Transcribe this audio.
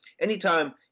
anytime